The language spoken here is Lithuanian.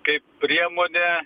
kaip priemonė